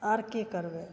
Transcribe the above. आओर कि करबै